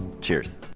Cheers